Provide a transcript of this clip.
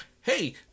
Hey